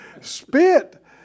spit